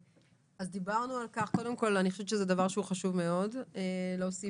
אני חושבת שזה דבר שהוא חשוב מאוד להוסיף,